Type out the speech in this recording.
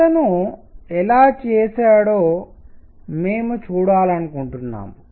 అతను ఎలా చేసాడో మేము చూడాలనుకుంటున్నాము